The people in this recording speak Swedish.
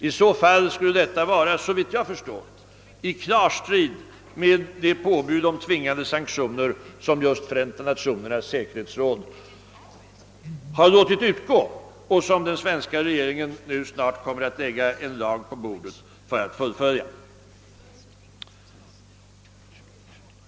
I så fall skulle det vara, såvitt jag förstår, i klar strid med de påbud om tvingande sanktioner som just Förenta Nationernas säkerhetsråd har låtit utgå och om vilka den svenska regeringen nu snart kommer att lägga en lag på bordet för att fullfölja.